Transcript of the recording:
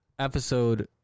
Episode